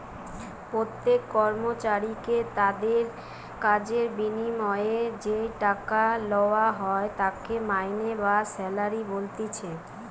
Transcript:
প্রত্যেক কর্মচারীকে তাদির কাজের বিনিময়ে যেই টাকা লেওয়া হয় তাকে মাইনে বা স্যালারি বলতিছে